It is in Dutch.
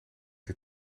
dit